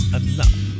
enough